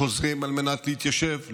חוזרים על מנת להתיישב,